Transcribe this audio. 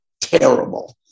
terrible